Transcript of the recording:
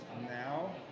now